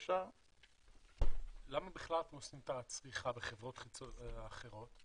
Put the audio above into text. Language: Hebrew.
למה בכלל לעשות צריכה בחברות אחרות?